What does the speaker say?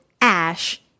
Ash